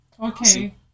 Okay